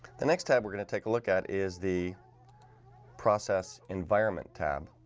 the next time we're going to take a look at is the process environment tab,